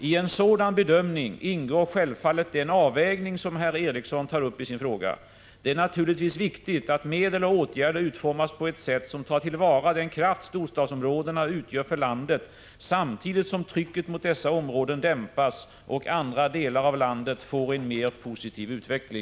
Ien sådan bedömning ingår självfallet den avvägning som herr Ericsson tar uppisin fråga. Det är naturligtvis viktigt att medel och åtgärder utformas på ett sätt som tar till vara den kraft storstadsområdena utgör för landet samtidigt som trycket mot dessa områden dämpas och andra delar av landet får en mer positiv utveckling.